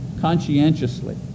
conscientiously